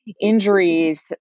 injuries